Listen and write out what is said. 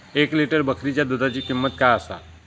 एक लिटर बकरीच्या दुधाची किंमत काय आसा?